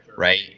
Right